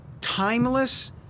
timeless